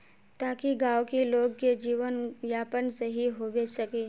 ताकि गाँव की लोग के जीवन यापन सही होबे सके?